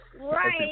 right